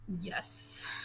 Yes